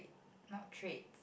not trait